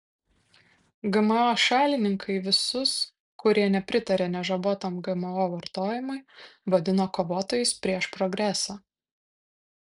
gmo šalininkai visus kurie nepritaria nežabotam gmo vartojimui vadina kovotojais prieš progresą